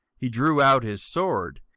he drew out his sword,